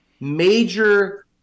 major